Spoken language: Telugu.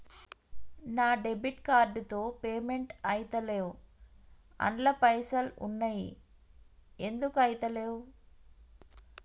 నా డెబిట్ కార్డ్ తో పేమెంట్ ఐతలేవ్ అండ్ల పైసల్ ఉన్నయి ఎందుకు ఐతలేవ్?